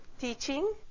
teaching